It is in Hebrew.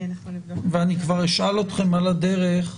ואני כבר אשאל אתכם על הדרך,